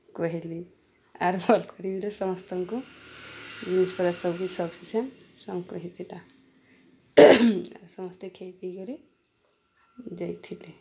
କହେଲେ ଆର୍ ଭଲ୍ କରି ବି ସମସ୍ତଙ୍କୁ ଜିନିଷପରେ ସବୁକି ସଫିସେଣ୍ଟ୍ ସମ୍କୁ ହେଇଥିଲା ଆଉ ସମସ୍ତେ ଖାଇ ପିଇ କରି ଯାଇଥିଲେ